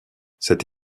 cette